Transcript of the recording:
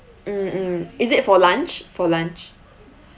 mm mm is it for lunch for lunch